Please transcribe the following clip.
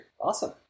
Awesome